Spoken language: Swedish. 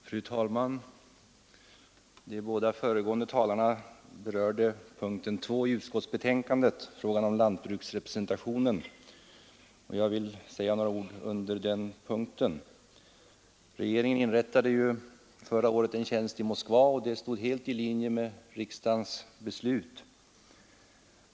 Fru talman! De båda föregående talarna uppehöll sig vid punkten 2 i utskottets betänkande, alltså frågan om lantbruksrepresentationen, och även jag vill säga några ord om den. Regeringen inrättade förra året en tjänst i Moskva, och det låg helt i linje med riksdagens beslut.